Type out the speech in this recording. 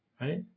right